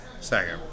second